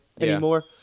anymore